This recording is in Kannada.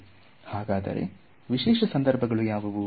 ಹಾಗಾದರೆ ವಿಶೇಷ ಸಂದರ್ಭಗಳು ಯಾವುವು